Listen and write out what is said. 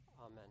Amen